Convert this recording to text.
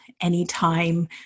anytime